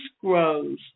grows